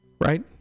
right